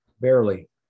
Barely